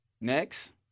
Next